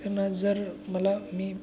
आणि जर मला मी